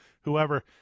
whoever